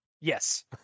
Yes